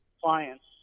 clients